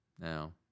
No